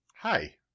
Hi